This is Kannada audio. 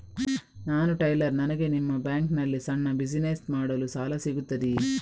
ನಾನು ಟೈಲರ್, ನನಗೆ ನಿಮ್ಮ ಬ್ಯಾಂಕ್ ನಲ್ಲಿ ಸಣ್ಣ ಬಿಸಿನೆಸ್ ಮಾಡಲು ಸಾಲ ಸಿಗುತ್ತದೆಯೇ?